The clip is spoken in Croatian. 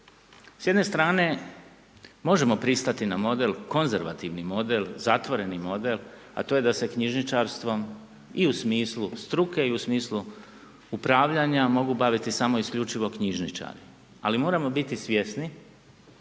prostati možemo pristati na model, konzervativni model, zatvoreni model a to je da se knjižničarstvom i u smislu struke i u smislu upravljanja mogu samo isključivo knjižničari ali moramo biti svjesni